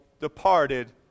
departed